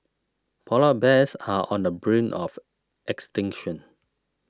Polar Bears are on the brink of extinction